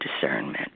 discernment